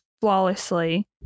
flawlessly